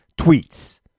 tweets